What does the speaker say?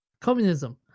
Communism